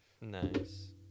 Nice